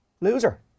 Loser